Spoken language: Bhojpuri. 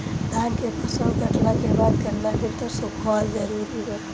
धान के फसल कटला के बाद केतना दिन तक सुखावल जरूरी बा?